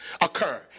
occur